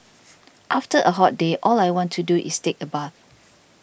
after a hot day all I want to do is take a bath